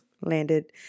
landed